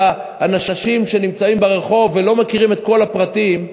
האנשים שנמצאים ברחוב ולא מכירים את כל הפרטים,